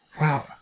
Wow